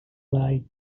like